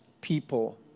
people